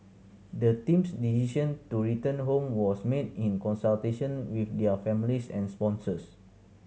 the team's decision to return home was made in consultation with their families and sponsors